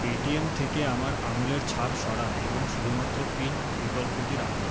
Paytm থেকে আমার আঙুলের ছাপ সরান এবং শুধুমাত্র পিন বিকল্পটি রাখুন